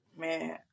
man